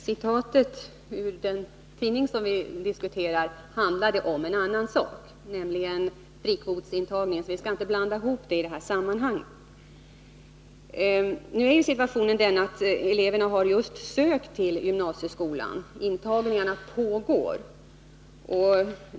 Herr talman! Det tidningscitat vi diskuterar handlade om en annan sak, nämligen frikvotsintagningen. Vi skall inte blanda in den i det här sammanhanget. Situationen är den att eleverna just sökt till gymnasieskolan och intagningarna pågår.